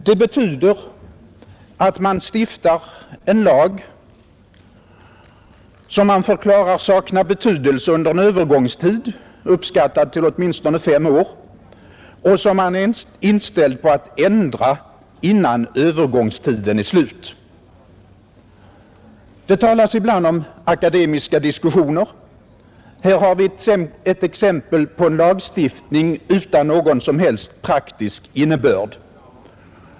Det betyder att man stiftar en lag som man förklarar sakna betydelse under en övergångstid, uppskattad till åtminstone fem år, och som man är inställd på att ändra innan övergångstiden är slut. Det talas ibland om akademiska diskussioner. Här har vi ett exempel på en lagstiftning utan någon som helst praktisk innebörd.